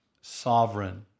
sovereign